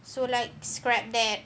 so like scrap that